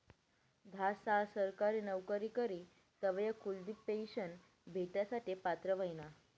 धा साल सरकारी नवकरी करी तवय कुलदिप पेन्शन भेटासाठे पात्र व्हयना